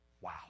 Wow